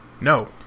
No